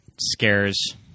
scares